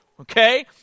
okay